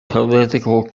political